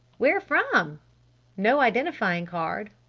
where from no identifying card!